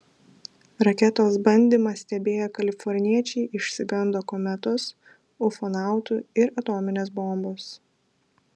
raketos bandymą stebėję kaliforniečiai išsigando kometos ufonautų ir atominės bombos